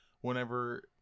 whenever